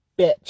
bitch